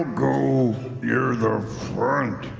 go near the.